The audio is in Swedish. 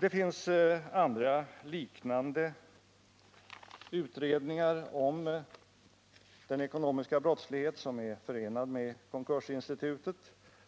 Det finns andra liknande utredningar om den ekonomiska brottslighet som är förenad med konkursinstitutet.